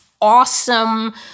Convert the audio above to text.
awesome